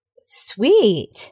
Sweet